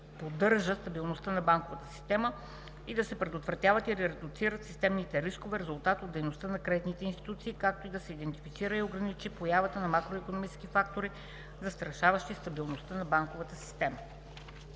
поддържа стабилността на банковата система и да се предотвратяват или редуцират системните рискове – резултат от дейността на кредитните институции, както и да се идентифицира и ограничи появата на макроикономически фактори, застрашаващи стабилността на банковата система.